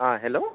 अ hello